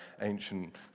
ancient